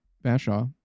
Bashaw